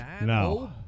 No